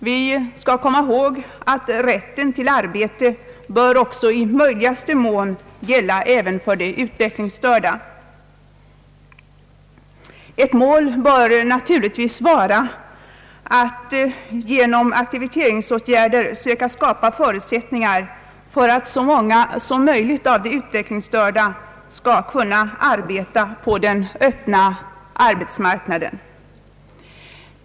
Vi bör komma ihåg att rätten till arbete i möjligaste mån också bör gälla även de utvecklingsstörda. Ett mål bör naturligtvis vara att genom aktiveringsåtgärder söka skapa förutsättningar för att så många utvecklingsstörda som möjligt skall kunna arbeta på den öppna arbetsmarknaden.